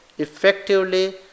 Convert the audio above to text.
effectively